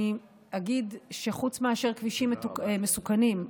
אני אגיד שחוץ מכבישים מסוכנים,